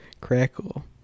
Crackle